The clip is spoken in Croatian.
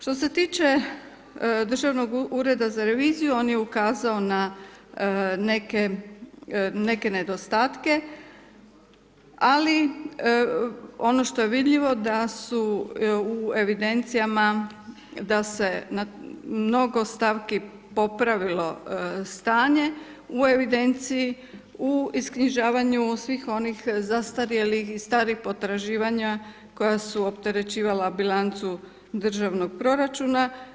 Što se tiče Držanog ureda za reviziju on je ukazao na neke nedostatke, ali ono što je vidljivo da su u evidencijama da se na mnogo stavki popravilo stanje u evidenciji u isknjižavanju svih onih zastarjelih i starih potraživanja koja su opterećivala bilancu Državnog proračuna.